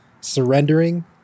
surrendering